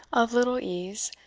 of little ease,